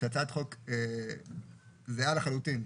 שהצעת חוק זהה לחלוטין,